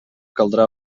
caldrà